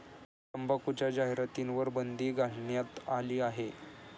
तंबाखूच्या जाहिरातींवर बंदी घालण्यात आली आहे